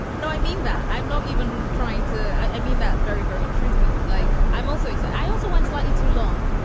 no i mean that i'm not even trying to i mean that very very truthfully. like i'm also i i also want slightly too long.